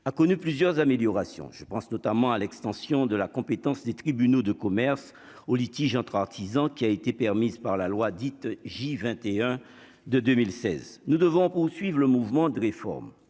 a connu plusieurs améliorations, je pense notamment à l'extension de la compétence des tribunaux de commerce au litige entre artisans qui a été permise par la loi dite J 21 de 2016, nous devons suivent le mouvement de réforme